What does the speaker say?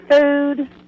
food